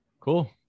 Cool